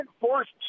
forced